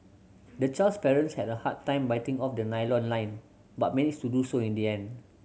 the child's parents had a hard time biting off the nylon line but managed to do so in the end